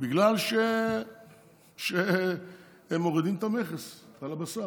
בגלל שהם מורידים את המכס על הבשר,